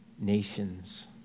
nations